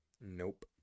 Nope